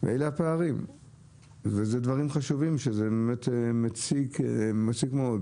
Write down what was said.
ואלה הפערים ואלה דברים חשובים שזה באמת מציק מאוד.